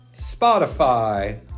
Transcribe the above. Spotify